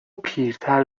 پیرتر